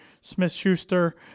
Smith-Schuster